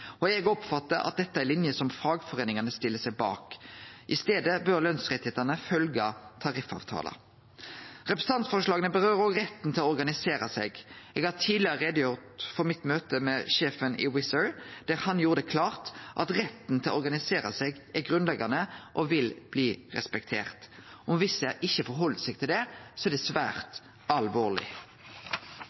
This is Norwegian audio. og eg oppfattar at dette er ei linje som fagforeiningane stiller seg bak. I staden bør retten til løn følgje tariffavtalar. Representantforslaga tar også opp retten til å organisere seg. Eg har tidlegare gjort greie for mitt møte med sjefen i Wizz Air, der han gjorde det klart at retten til å organisere seg er grunnleggjande og vil bli respektert. Om Wizz Air ikkje held seg til det, er det svært alvorleg.